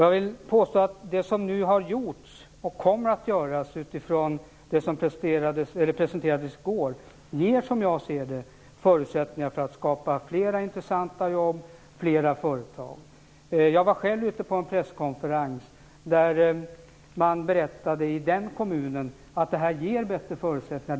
Jag vill påstå att det som nu har gjorts och kommer att göras utifrån det som presenterades i går ger förutsättningar för att flera intressanta jobb och flera företag skapas. Jag var själv på en presskonferens i en kommun. Där berättade man att det här ger bättre förutsättningar.